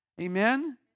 Amen